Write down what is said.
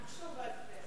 נחשוב על זה.